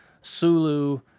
Sulu